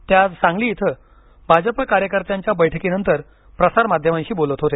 ते आज सांगली इथं भाजप कार्यकर्त्यांच्या बैठकी नंतर प्रसारमाध्यमांशी बोलत होते